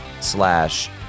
slash